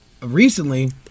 recently